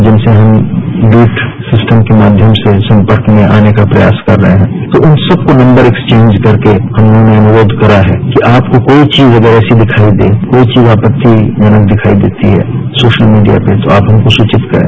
जिनसे हम beat system के माध्यम से सम्पर्क में आने का प्रयास कर रहे हैं तो उन सबको नग्बर एक्सचेंज करके हम तोगों ने अनुरोष करा है कि आपको कोई चीज अगर ऐसी दिखाई दे कोई चीज आपत्तिजनक दिखायी देती है सोशल मीडिया पर आप हमको सूचित करें